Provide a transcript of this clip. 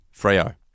Freo